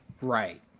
Right